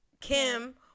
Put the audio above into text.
Kim